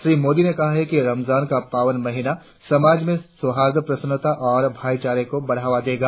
श्री मोदी ने कहा कि रमजान का पावन महीना समाज में सद्भाव प्रसन्नता और भाइचारे को बढ़ावा देगा